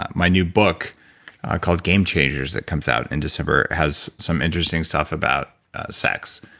my new book called, game changers, that comes out in december, has some interesting stuff about sex.